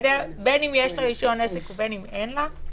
בין אם יש לה רישיון עסק ובין אם אין לה,